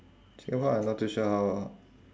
singapore I not too sure how